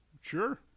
Sure